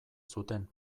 zuten